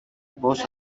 πως